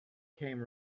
came